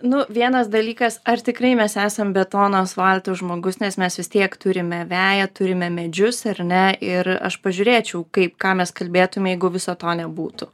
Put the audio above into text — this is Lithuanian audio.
nu vienas dalykas ar tikrai mes esam betono asfalto žmogus nes mes vis tiek turime veją turime medžius ar ne ir aš pažiūrėčiau kaip ką mes kalbėtume jeigu viso to nebūtų